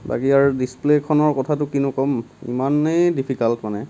বাকী আৰু ডিচপ্লেখনৰ কথাটো কি কম ইমানেই ডিফিকাল্ট মানে